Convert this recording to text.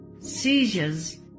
seizures